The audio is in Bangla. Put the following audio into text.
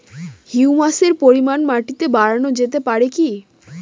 হিউমাসের পরিমান মাটিতে বারানো যেতে পারে কি?